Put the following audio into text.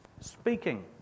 speaking